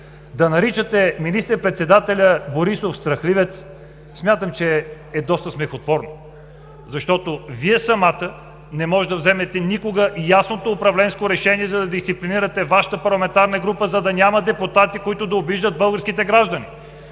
Да наричате министър-председателя Борисов „страхливец“, смятам, че е доста смехотворно. Защото Вие самата не може да вземете никога ясното управленско решение, за да дисциплинирате Вашата парламентарна група, за да няма депутати, които да обиждат българските граждани.